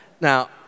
Now